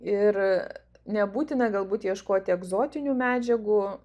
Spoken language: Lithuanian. ir nebūtina galbūt ieškoti egzotinių medžiagų